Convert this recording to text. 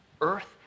earth